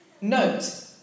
Note